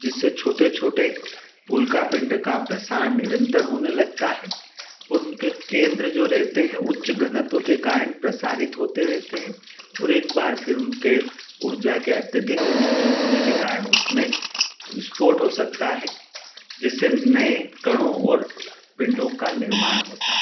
जिससे छोटे छोटे उल्का पिण्ड का प्रसार निरन्तर होने लगता है और उनके केन्द्र जो रहते हैं उच्च घनत्व के कारण प्रसारित होते रहते हैं और एक बार फिर उनके ऊर्जा के अत्यधिक विमोचन होने के कारण उसमें विस्फोट हो सकता है जिससे नए कणों और पिण्डों का निर्माण होता है